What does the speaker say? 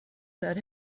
that